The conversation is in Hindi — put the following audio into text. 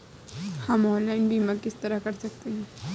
हम ऑनलाइन बीमा किस तरह कर सकते हैं?